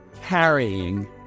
carrying